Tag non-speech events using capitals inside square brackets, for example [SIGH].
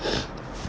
[NOISE]